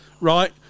right